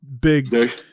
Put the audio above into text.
big